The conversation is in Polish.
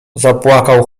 zapłakał